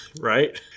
right